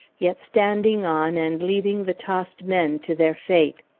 yet standing on and leaving the tossed men to their fate.